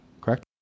correct